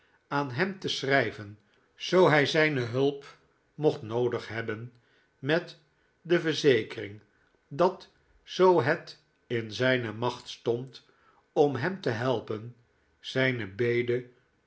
aan hem te schrijven zoo hij zijne hulp mocht noodig hebben met de verzekering dat zoo het in zijne macht stond om hem tehelpen zijne bede